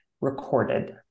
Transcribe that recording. recorded